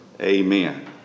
amen